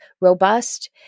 robust